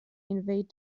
invade